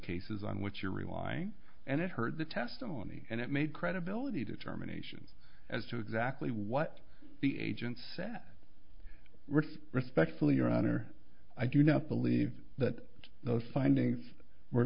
cases on which you're relying and it heard the testimony and it made credibility determination as to exactly what the agent sat respectfully your honor i do not believe that those findings were